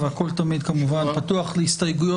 כלומר בבניינים שלהם הם רוצים קלפי.